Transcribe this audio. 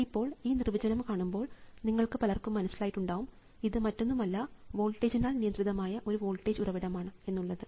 ഇപ്പോൾ ഈ നിർവ്വചനം കാണുമ്പോൾ നിങ്ങൾക്ക് പലർക്കും മനസ്സിലായിട്ടുണ്ടാവും ഇത് മറ്റൊന്നുമല്ല വോൾട്ടേജിനാൽ നിയന്ത്രിതമായ ഒരു വോൾട്ടേജ് ഉറവിടമാണ് എന്നുള്ളത്